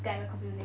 it's damn confusing